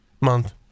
month